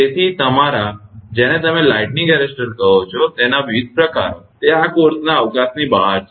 તેથી તમારા જેને તમે લાઈટનિંગ એરેસ્ટર કહો છો તેના વિવિધ પ્રકારો તે આ કોર્સના અવકાશની બહાર છે